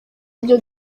ibyo